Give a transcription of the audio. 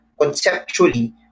conceptually